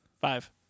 Five